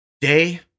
day